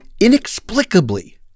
inexplicably